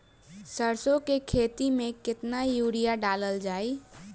सरसों के खेती में केतना यूरिया डालल जाई?